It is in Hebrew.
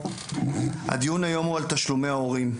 הדיון היום הוא על תשלומי ההורים,